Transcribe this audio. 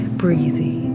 breezy